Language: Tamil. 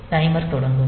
டைமர் தொடங்கும்